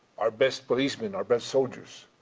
our best policemen, our best soldiers.